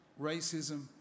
Racism